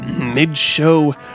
mid-show